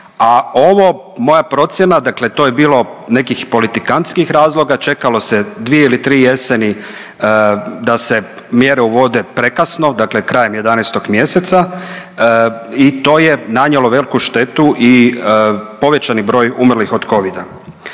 a ovo moja procjena dakle to je bilo nekih politikantskih razloga. Čekalo se dvije ili tri jeseni da se mjere uvode prekasno, dakle krajem 11 mjeseca i to je nanijelo veliku štetu i povećani broj umrlih od covida.